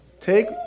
Take